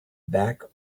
back